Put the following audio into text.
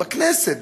בכנסת,